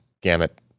gamut